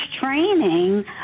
training